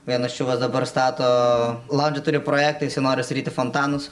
viena čiuvas dabar stato laundžį turi projektą jisai nori statyti fontanus